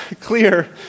clear